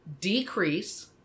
decrease